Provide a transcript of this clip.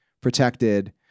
protected